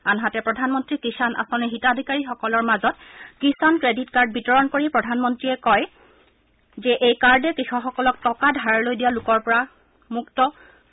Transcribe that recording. আনহাতে প্ৰধানমন্ত্ৰী কিযাণ আঁচনিৰ হিতাধিকাৰীসকলৰ মাজত কিষাণ ক্ৰেডিট কাৰ্ড বিতৰণ কৰি প্ৰধানমন্ত্ৰীয়ে কয় যে এই কাৰ্ডে কৃষকসকলক টকা ধাৰলৈ দিয়া লোকৰ কৱলৰ পৰা মুক্ত কৰিব